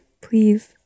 please